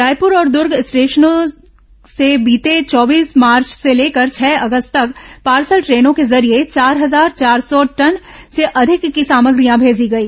रायपुर और दर्ग स्टेशनों से बीते चौबीस मार्च से लेकर छह अगस्त तक पार्सल ट्रेनों के जरिये चार हजार चार सौ ्टन से अधिक की सामग्रियां भेजी गई